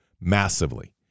massively